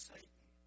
Satan